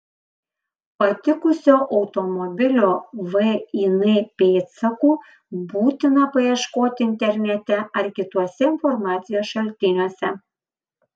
patikusio automobilio vin pėdsakų būtina paieškoti internete ar kituose informacijos šaltiniuose